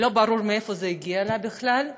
ולא ברור מאיפה זה הגיע אליה בכלל,